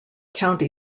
county